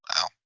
Wow